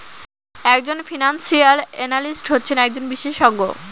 এক জন financial analyst হচ্ছেন একজন বিশেষজ্ঞ